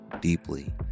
deeply